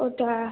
ওটা